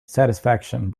satisfaction